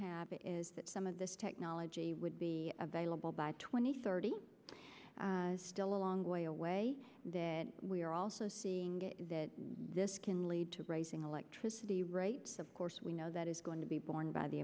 have is that some of this technology would be available by twenty thirty is still a long way away that we are also seeing that this can lead to raising electricity rates of course we know that is going to be borne by the